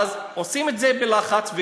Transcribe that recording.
עושים את זה בלחץ,